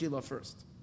first